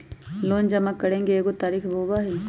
Loan जमा करेंगे एगो तारीक होबहई?